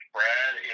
Brad